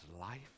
life